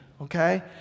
okay